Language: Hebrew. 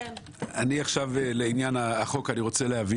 אני רוצה להבין.